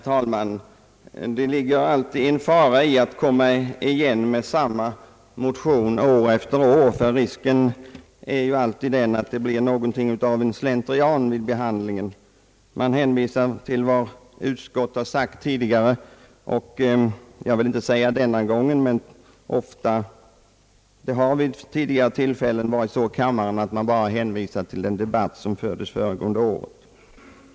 Herr talman! Det ligger alltid en fara i att komma igen med samma motion år efter år. Risken är att det blir något av slentrian vid behandlingen. Utskottet hänvisar till vad det sagt tidigare, och i kamrarna brukar man ofta — även om jag inte vill säga att så skett denna gång — bara hänvisa till den debatt som förts föregående år.